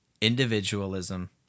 individualism